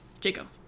Jacob